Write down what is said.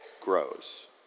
grows